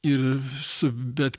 ir su bet